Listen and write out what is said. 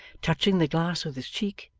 touching the glass with his cheek,